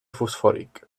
fosfòric